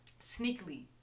sneakily